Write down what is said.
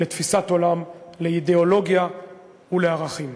לתפיסת עולם, לאידיאולוגיה ולערכים.